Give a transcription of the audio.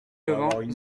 levant